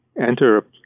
enter